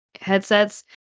headsets